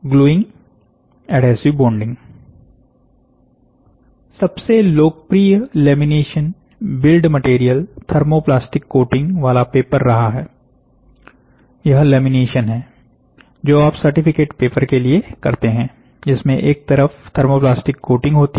gluing adhesive bonding सबसे लोकप्रिय lamination build material thermoplastic coating वाला पेपर रहा है यह लेमिनेशन है जो आप सर्टिफिकेट पेपर के लिए करते हैं जिसमें एक तरफ थर्मोप्लास्टिक कोटिंग होती है